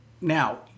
Now